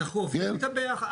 אנחנו עובדים איתם ביחד.